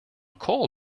call